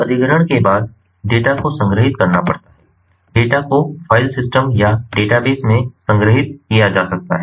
अब अधिग्रहण के बाद डेटा को संग्रहीत करना पड़ता है डेटा को फ़ाइल सिस्टम या डेटा बेस में संग्रहीत किया जा सकता है